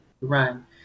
run